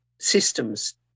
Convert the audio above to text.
systems